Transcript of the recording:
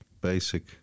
basic